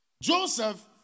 Joseph